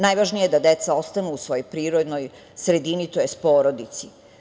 Najvažnije je da deca ostanu u svojoj prirodnoj sredini, tj. porodici.